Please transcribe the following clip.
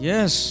Yes